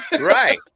Right